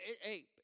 Hey